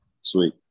Sweet